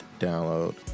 download